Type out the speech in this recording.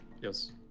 Yes